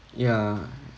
ya